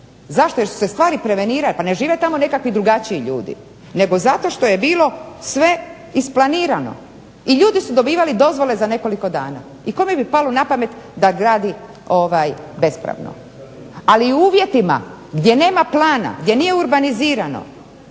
Zašto? Jer su se stvari prevenirale. Pa ne žive tamo nekakvi drugačiji ljudi nego zato što je bilo sve isplanirano i ljudi su dobivali dozvole za nekoliko dana. I kome bi palo na pamet da gradi bespravno. Ali u uvjetima gdje nema plana, gdje nije urbanizirano,